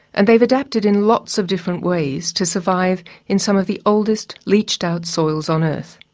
and they've adapted in lots of different ways to survival in some of the oldest, leached-out soils on earth.